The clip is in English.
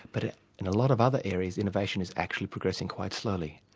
but in a lot of other areas innovation is actually progressing quite slowly.